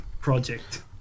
project